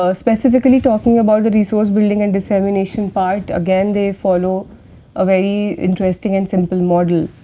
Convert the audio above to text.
ah specifically talking about the resource building and dissemination part, again they follow a very interesting and simple model.